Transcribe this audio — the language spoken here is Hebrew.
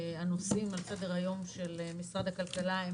הנושאים על סדר היום של משרד הכלכלה הם